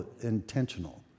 intentional